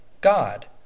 God